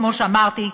כמו שאמרתי,